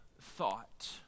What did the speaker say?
thought